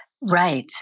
Right